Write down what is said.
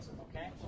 okay